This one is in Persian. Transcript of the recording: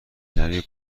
نری